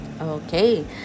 Okay